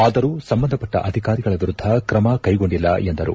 ಆದರೂ ಸಂಬಂಧಪಟ್ಟ ಅಧಿಕಾರಿಗಳ ವಿರುದ್ದ ಕ್ರಮ ಕೈಗೊಂಡಿಲ್ಲ ಎಂದರು